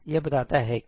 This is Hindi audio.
यह बताता है कि